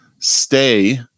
stay